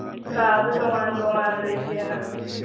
ꯀꯥꯗꯨ ꯇꯣꯉꯥꯟ ꯇꯣꯉꯥꯟꯅ ꯂꯩꯒꯦꯅ